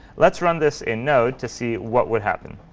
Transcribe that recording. let's run this in node to see what would happen.